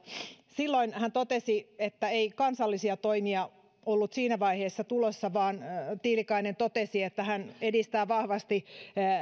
silloin hän totesi että ei kansallisia toimia ollut siinä vaiheessa tulossa tiilikainen totesi että hän edistää vahvasti